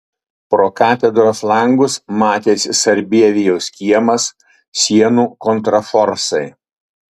pro katedros langus matėsi sarbievijaus kiemas sienų kontraforsai